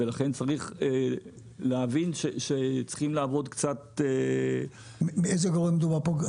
לכן צריך להבין שצריך לעבוד קצת --- על איזה גורם מדובר פה?